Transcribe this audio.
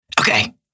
Okay